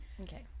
Okay